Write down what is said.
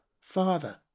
Father